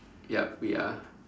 yup we are